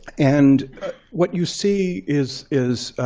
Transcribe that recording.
and what you see is is